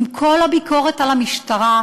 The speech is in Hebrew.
עם כל הביקורת על המשטרה,